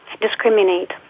discriminate